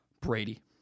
Brady